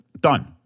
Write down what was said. Done